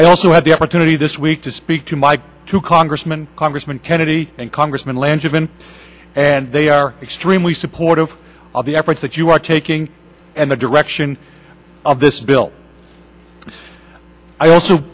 i also had the opportunity this week to speak to my two congressman congressman kennedy and congressman landrigan and they are extremely supportive of the efforts that you are taking and the direction of this bill i also